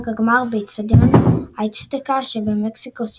הגמר באצטדיון האצטקה שבמקסיקו סיטי.